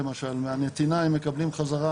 מהנתינה הם מקבלים בחזרה